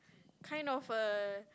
kind of err